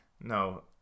No